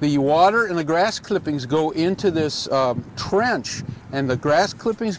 the water in the grass clippings go into this trench and the grass clippings